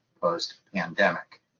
post-pandemic